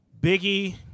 biggie